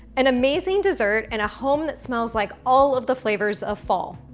an amazing dessert and a home that smells like all of the flavors of fall.